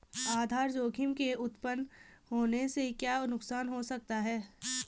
आधार जोखिम के उत्तपन होने से क्या नुकसान हो सकता है?